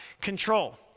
control